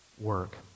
work